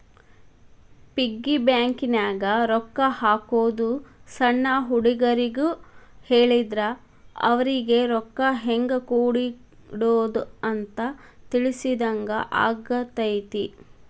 piggy ಬ್ಯಾಂಕನ್ಯಾಗ ರೊಕ್ಕಾ ಹಾಕೋದು ಸಣ್ಣ ಹುಡುಗರಿಗ್ ಹೇಳಿದ್ರ ಅವರಿಗಿ ರೊಕ್ಕಾ ಹೆಂಗ ಕೂಡಿಡೋದ್ ಅಂತ ತಿಳಿಸಿದಂಗ ಆಗತೈತಿ